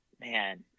man